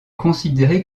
considéré